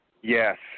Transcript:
Yes